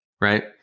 right